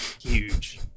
huge